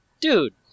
Dude